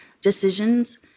decisions